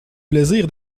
plaisir